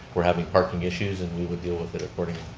we're having parking issues, and we would deal with it accordingly.